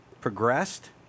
progressed